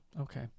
Okay